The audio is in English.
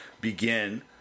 begin